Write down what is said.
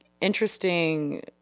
interesting